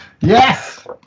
Yes